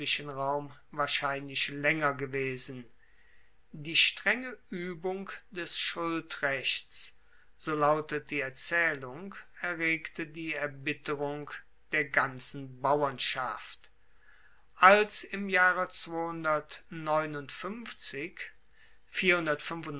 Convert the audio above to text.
zwischenraum wahrscheinlich laenger gewesen die strenge uebung des schuldrechts so lautet die erzaehlung erregte die erbitterung der ganzen bauernschaft als im jahre